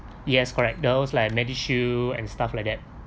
yes correct those like medishield and stuff like that